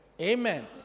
Amen